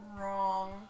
wrong